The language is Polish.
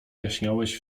jaśniałeś